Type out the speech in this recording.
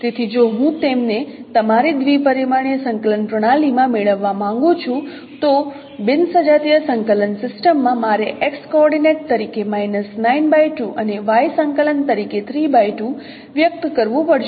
તેથી જો હું તેમને તમારી દ્વિ પરિમાણીય સંકલન પ્રણાલીમાં મેળવવા માંગું છું તો બિન સજાતીય સંકલન સિસ્ટમમાં મારે x કોઓર્ડિનેંટ તરીકે અને y સંકલન તરીકે વ્યક્ત કરવું પડશે